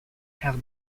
have